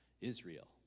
Israel